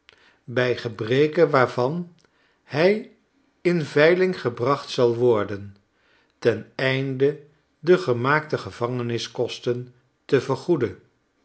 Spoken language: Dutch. by gebreke waarvan hij in veiling gebracht zal worden ten einde de gemaakte gevangeniskosten te vergoeden